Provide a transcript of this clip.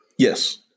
Yes